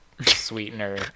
sweetener